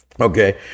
Okay